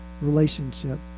relationship